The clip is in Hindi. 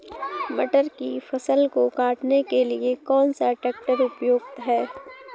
मटर की फसल को काटने के लिए कौन सा ट्रैक्टर उपयुक्त है?